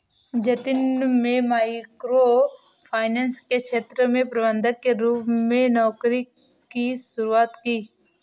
जतिन में microfinance के क्षेत्र में प्रबंधक के रूप में नौकरी की शुरुआत की